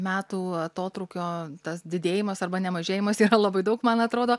metų atotrūkio tas didėjimas arba nemažėjimas yra labai daug man atrodo